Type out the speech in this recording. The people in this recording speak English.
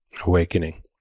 awakening